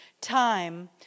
Time